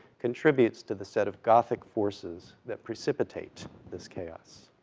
contributes to the set of gothic forces that precipitate this chaos.